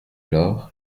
lors